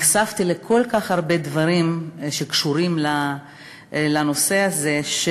נחשפתי לכל כך הרבה דברים שקשורים לנושא הזה.